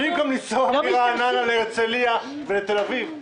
במקום לנסוע לרעננה להרצליה ולתל אביב.